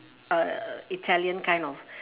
uh italian kind of